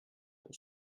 pour